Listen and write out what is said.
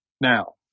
Now